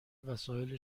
وسایل